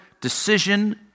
decision